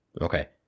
Okay